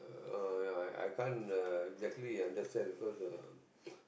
uh ya I can't the exactly understand because the